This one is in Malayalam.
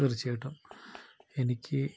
തീർച്ചയായിട്ടും എനിക്ക്